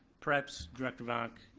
perhaps director vonck,